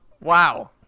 Wow